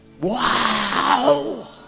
Wow